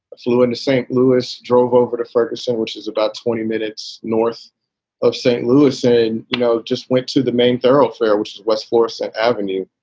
flew into and st. louis, drove over to ferguson, which is about twenty minutes north of st. louis. and, you know, just went to the main thoroughfare, which is west florissant avenue,